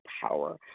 power